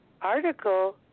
article